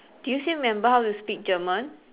do you still remember how to speak German